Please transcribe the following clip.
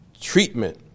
treatment